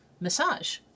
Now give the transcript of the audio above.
massage